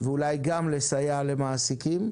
ואולי גם לסייע למעסיקים,